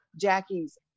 Jackie's